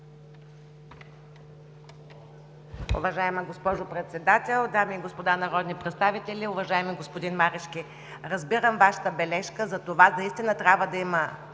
Уважаема госпожо Председател, дами и господа народни представители! Уважаеми господин Марешки, разбирам Вашата бележка за това, наистина трябва да има